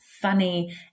funny